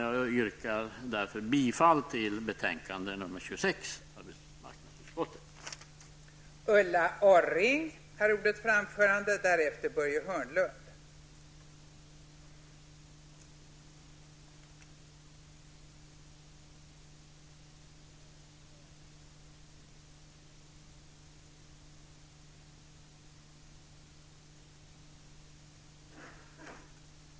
Jag yrkar därför bifall till hemställan i arbetsmarknadsutskottets betänkande nr 26.